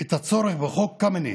את הצורך בחוק קמיניץ.